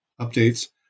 updates